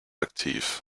aktiv